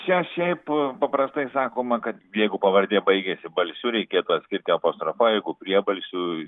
čia šiaip paprastai sakoma kad jeigu pavardė baigiasi balsiu reikėtų atskirti apostrofa jeigu priebalsiu